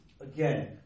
Again